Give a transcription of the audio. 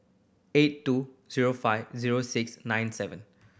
eight two zero five zero six nine seven